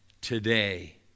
Today